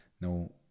No